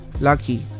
Lucky